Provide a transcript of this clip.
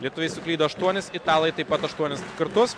lietuviai suklydo aštuonis italai taip pat aštuonis kartus